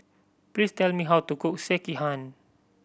please tell me how to cook Sekihan